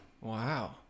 Wow